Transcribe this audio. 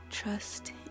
Trust